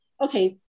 Okay